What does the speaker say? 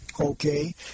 Okay